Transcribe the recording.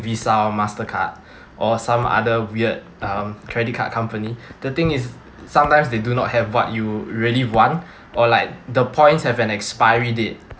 visa or mastercard or some other weird um credit card company the thing is sometimes they do not have what you really want or like the points have an expiry date